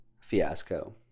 fiasco